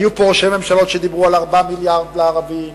היו פה ראשי ממשלות שדיברו על 4 מיליארדים לערבים,